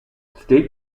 state